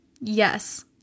Yes